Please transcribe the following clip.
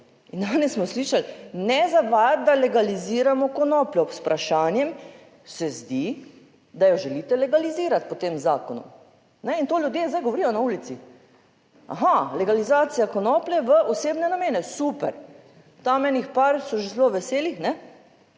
In danes smo slišali, ne zavajati, da legaliziramo konopljo. Z vprašanjem, se zdi, da jo želite legalizirati po tem zakonu. In to ljudje zdaj govorijo na ulici. Aha, legalizacija konoplje v osebne namene. Super, tam enih par so že zelo veselih, ne?